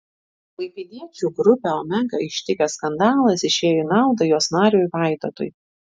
klaipėdiečių grupę omega ištikęs skandalas išėjo į naudą jos nariui vaidotui